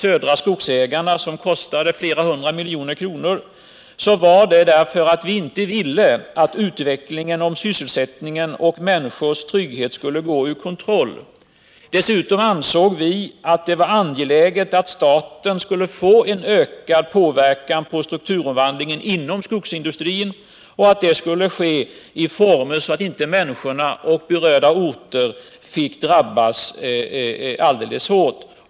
Södra Skogsägarna, som kostade flera hundra miljoner kronor, gjorde vi det därför att vi inte ville att samhället skulle förlora kontrollen när det gäller sysselsättningen och människors trygghet. Dessutom ansåg vi att det var angeläget att staten fick ett ökat inflytande på strukturomvandlingen inom skogsindustrin, så att denna kunde ske i former som gjorde att människor och berörda orter inte drabbades alltför hårt.